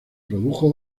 produjo